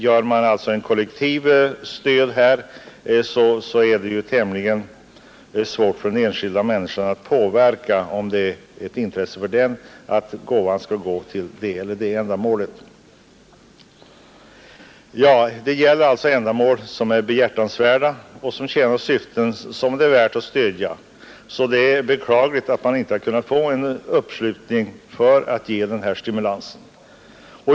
Ger man ett kollektivt stöd är det tämligen svårt för de enskilda människorna att påverka det hela om det är ett intresse för dem att gåvan skall gå till ett visst ändamål. Det gäller alltså ändamål som är behjärtansvärda och som tjänar syften som det är värt att stödja. Det är beklagligt att man inte kunnat få en uppslutning för att ge denna stimulans.